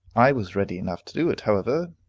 i was ready enough to do it, however,